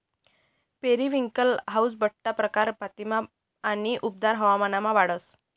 periwinkle हाऊ बठ्ठा प्रकार मातीमा आणि उबदार हवामानमा वाढस